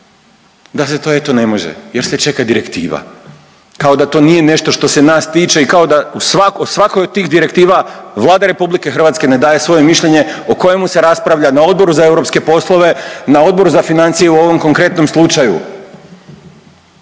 da se to eto ne može jer se čeka direktiva. Kao da to nije nešto što se nas tiče i kao da u svakoj od tih direktiva Vlada RH ne daje svoje mišljenje o kojemu se raspravlja na Odboru za europske poslove, na Odboru za financije u ovom konkretnom slučaju.